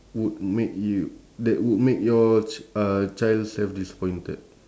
would make you that would make your ch~ uh child self disappointed